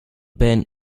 band